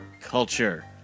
culture